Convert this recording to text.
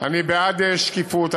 אני בעד שקיפות,